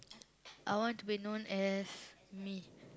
I want to be known as me